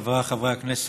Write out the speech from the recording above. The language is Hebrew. חבריי חברי הכנסת,